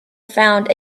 found